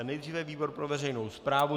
Nejdříve výbor pro veřejnou správu.